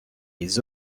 les